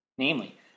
namely